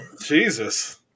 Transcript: Jesus